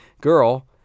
girl